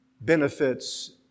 benefits